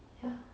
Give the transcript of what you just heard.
ya